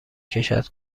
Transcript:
کشد